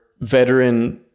veteran